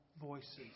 voices